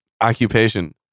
occupation